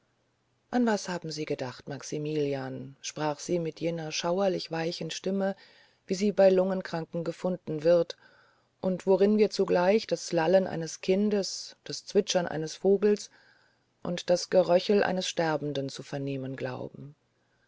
an was dachten sie eben maximilian sprach sie mit jener schauerlich weichen stimme wie sie bei lungenkranken gefunden wird und worin wir zugleich das lallen eines kindes das zwitschern eines vogels und das geröchel eines sterbenden zu vernehmen glauben